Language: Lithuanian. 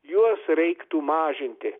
juos reiktų mažinti